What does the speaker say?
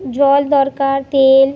জল দরকার তেল